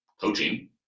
coaching